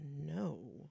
no